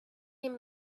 him